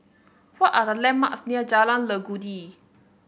what are the landmarks near Jalan Legundi